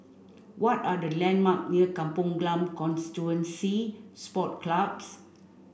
what are the landmark near Kampong Glam Constituency Sport Club